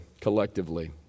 collectively